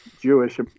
jewish